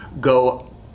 go